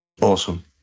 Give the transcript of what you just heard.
Awesome